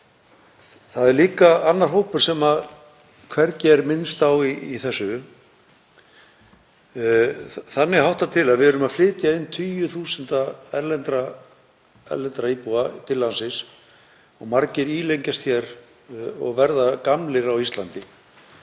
Það er líka annar hópur sem hvergi er minnst á í þessu. Þannig háttar til að við erum að flytja inn tugi þúsunda erlendra íbúa til landsins og margir ílengjast hér og verða gamlir á Íslandi